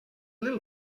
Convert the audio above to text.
little